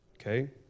Okay